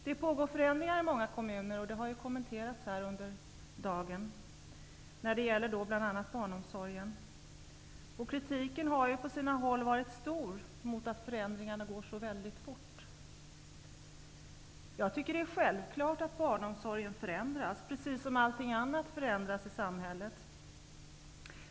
Det pågår förändringar i många kommuner när det gäller bl.a. barnomsorgen. Detta har kommenterats under dagen. Kritiken har på sina håll varit stark mot att förändringarna går för fort. Det är självklart att barnomsorgen förändras, precis som allting annat i samhället förändras.